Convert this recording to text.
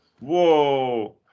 Whoa